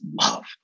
love